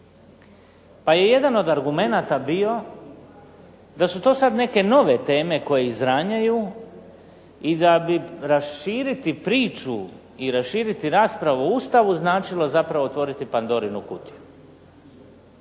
Pa je jedan od argumenata bio da su to sad neke nove teme koje izranjaju i da bi raširiti priču i raširiti raspravu o Ustavu značilo zapravo otvoriti Pandorinu kutiju.